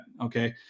Okay